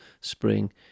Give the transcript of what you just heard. spring